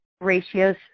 ratios